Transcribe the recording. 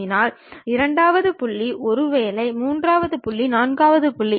உதாரணமாக இந்த துணை தளங்களை பற்றி பார்க்கலாம்